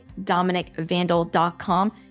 DominicVandal.com